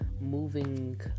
moving